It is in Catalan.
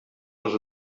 les